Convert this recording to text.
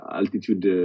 altitude